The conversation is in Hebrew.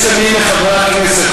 יש למי מחברי הכנסת,